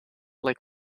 like